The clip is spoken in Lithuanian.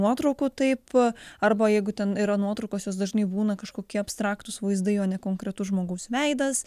nuotraukų taip arba jeigu ten yra nuotraukos jos dažnai būna kažkokie abstraktūs vaizdai o ne konkretus žmogaus veidas